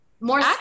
More